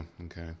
okay